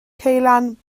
ceulan